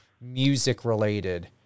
music-related